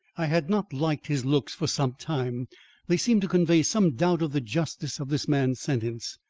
i had not liked his looks for some time they seemed to convey some doubt of the justice of this man's sentence,